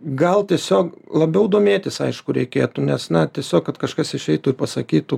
gal tiesiog labiau domėtis aišku reikėtų nes na tiesiog kad kažkas išeitų pasakytų